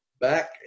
back